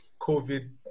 COVID